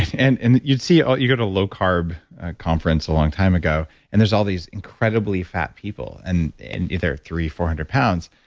and and see ah you get a low-carb conference a long time ago and there's all these incredibly fat people and and either three, four hundred pounds.